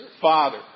father